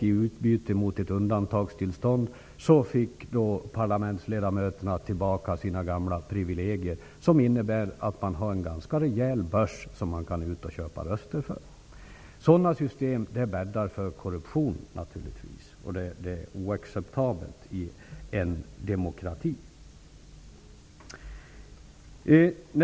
I utbyte mot ett undantagstillstånd fick parlamentsledamöterna tillbaka sina gamla privilegier, som innebär en rejäl slant att köpa röster för. Sådana system bäddar naturligtvis för korruption, och det är oacceptabelt i en demokrati.